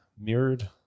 mirrored